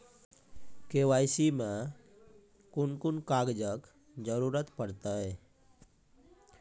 KYC मे कून कून कागजक जरूरत परतै?